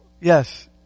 Yes